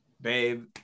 babe